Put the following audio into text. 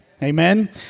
Amen